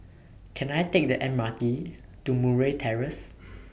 Can I Take The M R T to Murray Terrace